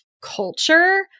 culture